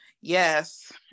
Yes